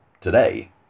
today